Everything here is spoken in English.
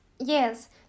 Yes